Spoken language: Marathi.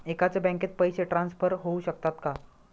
एकाच बँकेत पैसे ट्रान्सफर होऊ शकतात का?